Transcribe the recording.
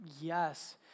yes